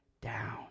down